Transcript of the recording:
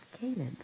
Caleb